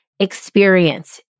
experience